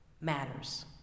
matters